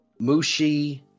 Mushi